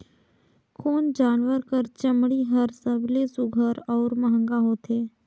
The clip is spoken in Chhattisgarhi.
कोन जानवर कर चमड़ी हर सबले सुघ्घर और महंगा होथे?